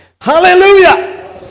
Hallelujah